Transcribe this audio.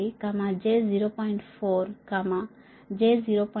4 j 0